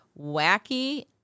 wacky